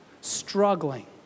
struggling